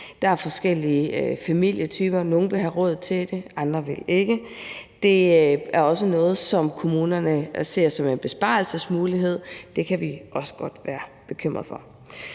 Der er forskellige familietyper. Nogle vil have råd til det, andre vil ikke. Det er også noget, som kommunerne ser som en besparelsesmulighed. Det kan vi også godt være bekymret for.